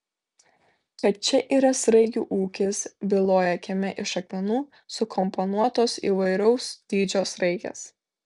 kad čia yra sraigių ūkis byloja kieme iš akmenų sukomponuotos įvairaus dydžio sraigės